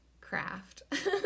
craft